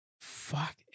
Fuck